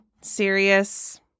serious